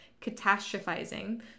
catastrophizing